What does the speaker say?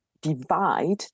divide